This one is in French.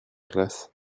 classe